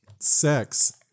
Sex